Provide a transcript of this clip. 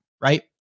Right